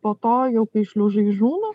po to jau kai šliužai žūna